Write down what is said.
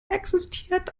existiert